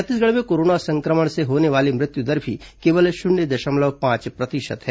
छत्तीसगढ़ में कोरोना संक्रमण से होने वाली मृत्युदर भी केवल शून्य दशमलव पांच प्रतिशत है